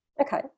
Okay